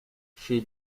chez